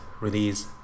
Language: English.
release